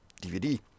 DVD